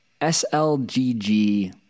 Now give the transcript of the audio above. SLGG